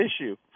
issue